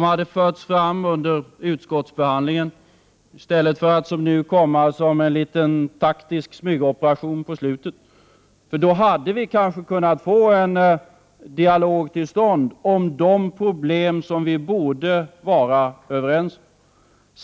hade förts fram under utskottsbehandlingen i stället för att som nu komma som en liten taktisk smygoperation på slutet. Då hade vi kanske kunnat få en dialog till stånd om de problem vilkas lösning vi borde vara överens om.